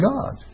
God